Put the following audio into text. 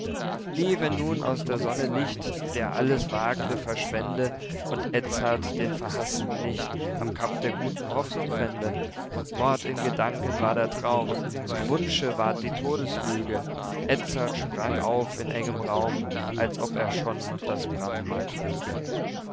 wie wenn nun aus der sonne licht der alles wagende verschwände und edzard den verhaßten nicht am cap der guten hoffnung fände mord in gedanken war der traum zum wunsche ward die todeslüge edzard sprang auf im engen raum als ob er schon das brandmal trüge